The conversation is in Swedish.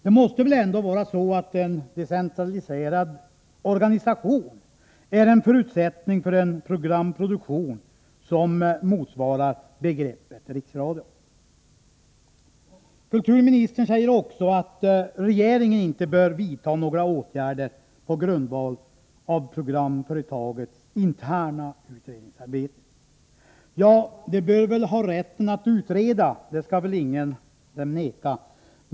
Det måste väl ändå vara så att en decentraliserad organisation är en förutsättning för en programproduktion som motsvarar begreppet riksradio. Kulturministern säger också att regeringen inte bör vidta några åtgärder på grundval av programföretagets interna utredningsarbete. Ja, de bör väl ha rätten att utreda — det skall ingen förneka.